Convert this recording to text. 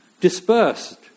dispersed